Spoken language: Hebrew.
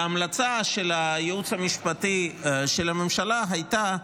וההמלצה של הייעוץ המשפטי של הממשלה הייתה: